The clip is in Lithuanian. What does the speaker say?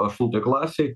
aštuntoj klasėj